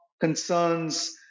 concerns